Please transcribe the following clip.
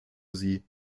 sie